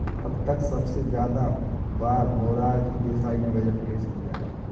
अब तक सबसे ज्यादा बार मोरार जी देसाई ने बजट पेश किया है